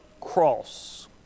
cross